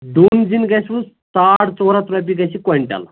ڈوٗنۍ زِیُن گژھِوٕ ساڑ ژور ہتھ رۄپیہِ گژھِ یہِ کۄینٛٹل